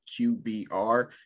QBR